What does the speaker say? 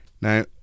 Now